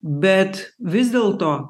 bet vis dėlto